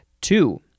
Two